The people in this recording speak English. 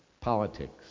politics